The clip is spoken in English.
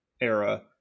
era